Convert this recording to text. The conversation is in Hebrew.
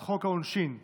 הצעת חוק העונשין (תיקון,